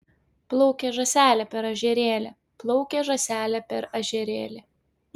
plaukė žąselė per ežerėlį plaukė žąselė per ežerėlį